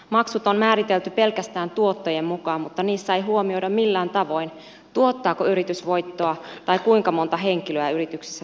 maksut on määritelty pelkästään tuottojen mukaan mutta niissä ei huomioida millään tavoin tuottaako yritys voittoa tai kuinka monta henkilöä yrityksessä työskentelee